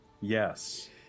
Yes